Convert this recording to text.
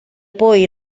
poll